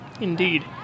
Indeed